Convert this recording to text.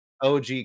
og